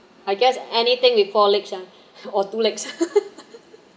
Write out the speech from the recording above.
I guess anything with four legs ah or two legs